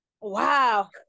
wow